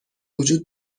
وجود